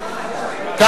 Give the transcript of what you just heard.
אלה שלא היו או לא השיבו.